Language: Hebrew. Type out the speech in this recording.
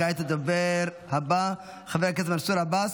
כעת הדובר הבא, חבר הכנסת מנסור עבאס,